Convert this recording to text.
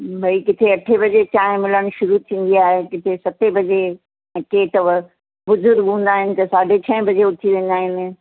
भई किथे अठे बजे चांहि मिलण शुरू थींदी आहे किथे सते बजे अठे अथव बुज़ुर्ग हूंदा आहिनि त साढे छहें बजे उथी वेंदा आहिनि